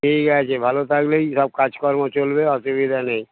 ঠিক আছে ভালো থাকলেই সব কাজকর্ম চলবে অসুবিধা নেই